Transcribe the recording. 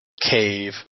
cave